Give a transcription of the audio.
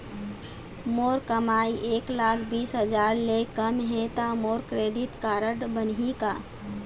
मोर कमाई एक लाख बीस हजार ले कम हे त मोर क्रेडिट कारड बनही का?